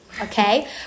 okay